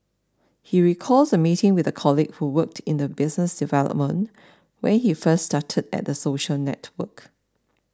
he recalls a meeting with a colleague who worked in business development when he first started at the social network